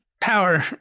power